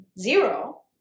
zero